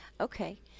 Okay